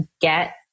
get